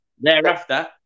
thereafter